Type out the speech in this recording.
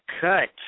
cut